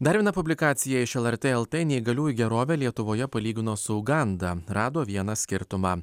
dar viena publikacija iš lrt lt neįgaliųjų gerovę lietuvoje palygino su uganda rado vieną skirtumą